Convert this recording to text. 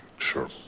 sure.